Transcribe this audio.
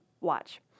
watch